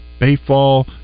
Bayfall